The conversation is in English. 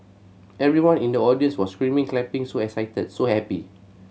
everyone in the audience was screaming clapping so excited so happy